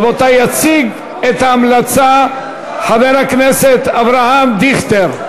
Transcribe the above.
רבותי, יציג את ההמלצה חבר הכנסת אבי דיכטר.